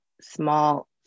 small